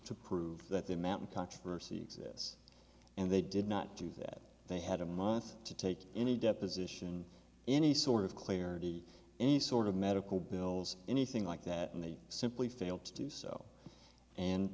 to prove that the amount of controversy exists and they did not do that they had a month to take any deposition any sort of clarity any sort of medical bills anything like that and they simply failed to do so and